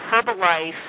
Herbalife